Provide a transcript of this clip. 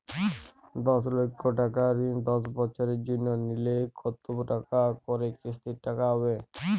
দশ লক্ষ টাকার ঋণ দশ বছরের জন্য নিলে কতো টাকা করে কিস্তির টাকা হবে?